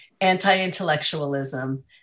Anti-intellectualism